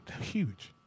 Huge